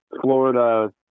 Florida